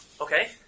Okay